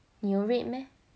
你有 red meh